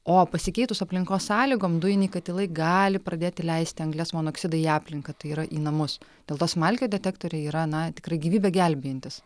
o pasikeitus aplinkos sąlygom dujiniai katilai gali pradėti leisti anglies monoksidą į aplinką tai yra į namus dėl to smalkių detektoriai yra na tikrai gyvybę gelbėjantys